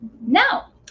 Now